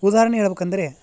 ಉದಾಹರಣೆ ಹೇಳಬೇಕಂದ್ರೆ